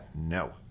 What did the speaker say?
No